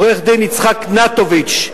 עורך-הדין יצחק נטוביץ,